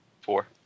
Four